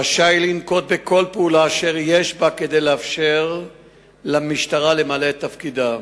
רשאי לנקוט כל פעולה אשר יש בה כדי לאפשר למשטרה למלא את תפקידה,